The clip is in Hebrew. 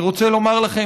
אני רוצה לומר לכם,